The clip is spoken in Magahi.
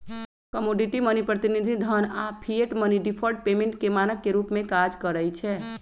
कमोडिटी मनी, प्रतिनिधि धन आऽ फिएट मनी डिफर्ड पेमेंट के मानक के रूप में काज करइ छै